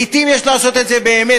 לעתים יש לעשות את זה באמת,